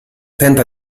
tenta